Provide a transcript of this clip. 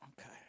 Okay